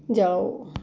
ਜਾਓ